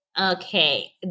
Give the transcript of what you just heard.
Okay